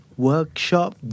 Workshop